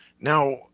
Now